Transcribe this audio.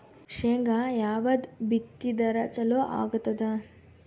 ಶೇಂಗಾ ಯಾವದ್ ಬಿತ್ತಿದರ ಚಲೋ ಆಗತದ?